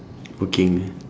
working